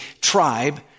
tribe